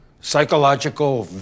Psychological